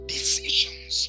Decisions